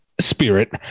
spirit